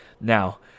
Now